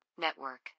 Network